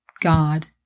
God